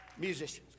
Musicians